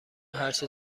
هرچه